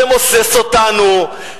למוסס אותנו,